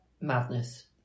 madness